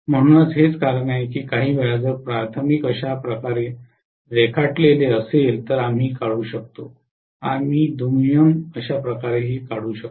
म्हणूनच हेच कारण आहे की काहीवेळा जर प्राथमिक अशा प्रकारे रेखाटले असेल तर आम्ही काढू शकतो आम्ही दुय्यम अशा प्रकारे काढू शकतो